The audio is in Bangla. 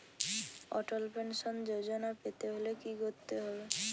অটল পেনশন যোজনা পেতে হলে কি করতে হবে?